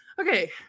okay